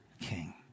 king